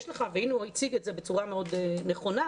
הוא הציג את זה בצורה מאוד נכונה,